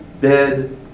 bed